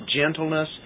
gentleness